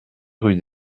rue